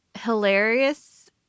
hilarious